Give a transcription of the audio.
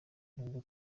n’ubwo